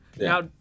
Now